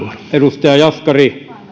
edustaja jaskari